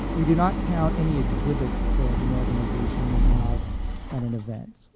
we do not count any exhibits that an organization may have at an event.